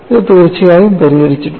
ഇത് തീർച്ചയായും പരിഹരിച്ചിട്ടുണ്ട്